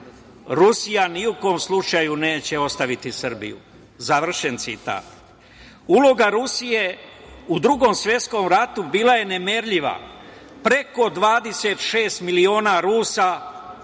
"Rusija ni u kom slučaju neće ostaviti Srbiju", završen citata. Uloga Rusije u Drugom svetskom ratu bila je nemerljiva. Preko 26 miliona Rusa